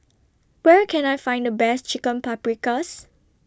Where Can I Find The Best Chicken Paprikas